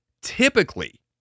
Typically